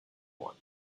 one